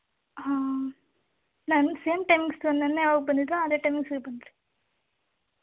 ಹಾಂ ನಾನು same timings ನೆನ್ನೆ ಯಾವಾಗ ಬಂದಿದ್ರೋ ಅದೇ ಟೈಮಿಂಗ್ಸಿಗೆ ಬಂದುಬಿಡಿ